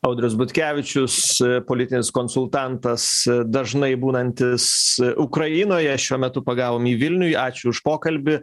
audrius butkevičius politinis konsultantas dažnai būnantis ukrainoje šiuo metu pagavom jį vilniuj ačiū už pokalbį